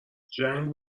جنگ